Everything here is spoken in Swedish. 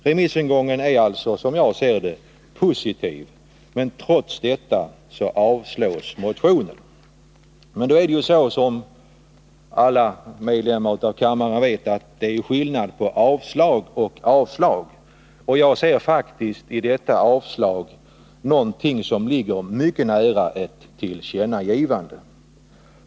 Remissorganen är alltså positiva, men trots detta avstyrks motionerna. Som alla medlemmar av kammaren vet är det emellertid skillnad på avstyrkande och avstyrkande. Jag ser faktiskt i detta avstyrkande någonting som ligger mycket nära ett förslag om ett tillkännagivande.